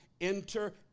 enter